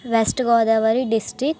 west Godavari district